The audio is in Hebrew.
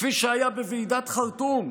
כפי שהיה בוועידת חרטום,